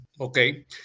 Okay